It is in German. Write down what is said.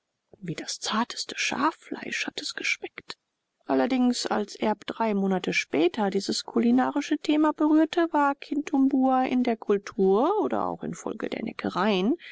wie das zarteste schaffleisch habe es geschmeckt allerdings als erb drei monate später dieses kulinarische thema berührte war kitumbua in der kultur oder auch infolge der neckereien